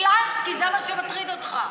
שילנסקי, זה מה שמטריד אותך.